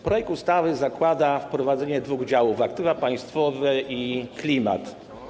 Projekt ustawy zakłada wprowadzenie dwóch działów: aktywa państwowe i klimat.